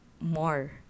more